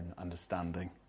understanding